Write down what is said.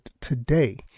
today